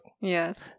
Yes